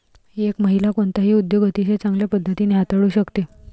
एक महिला कोणताही उद्योग अतिशय चांगल्या पद्धतीने हाताळू शकते